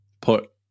put